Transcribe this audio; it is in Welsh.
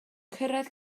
cyrraedd